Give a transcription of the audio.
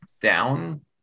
down